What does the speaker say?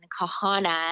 Kahana